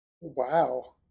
Wow